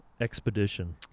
expedition